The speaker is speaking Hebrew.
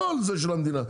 הכל זה של המדינה.